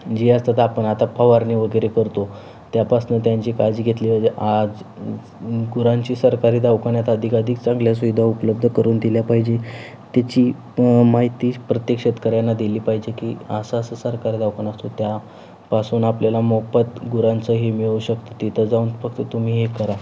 जी असतात आपण आता फवारणी वगैरे करतो त्यापासून त्यांची काळजी घेतली पाहिजे आज गुरांची सरकारी दवाखान्यात अधिकाधिक चांगल्या सुविधा उपलब्ध करून दिल्या पाहिजे तिची माहिती प्रत्येक शेतकऱ्यांना दिली पाहिजे की असं असं सरकारी दवाखाना असतो त्या पासून आपल्याला मोफत गुरांचं हे मिळू शकतं तिथं जाऊन फक्त तुम्ही हे करा